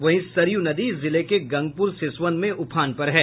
वहीं सरयू नदी जिले के गंगपुर सिसवन में उफान पर है